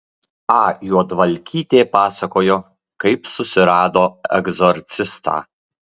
a juodvalkytė pasakojo kaip susirado egzorcistą